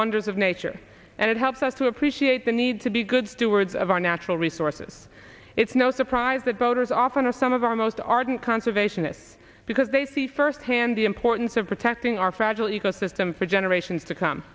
wonders of nature and it helps us to appreciate the need to be good stewards of our natural resources it's no surprise that voters often are some of our most ardent conservationists because they see firsthand the importance of protecting our fragile ecosystem for generations to come